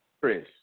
Chris